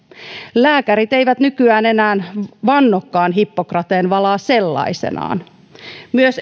lääkärit eivät nykyään enää vannokaan hippokrateen valaa sellaisenaan myös